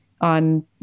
on